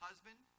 Husband